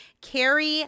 Carrie